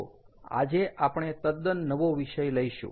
તો આજે આપણે તદ્દન નવો વિષય લઈશું